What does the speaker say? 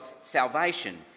salvation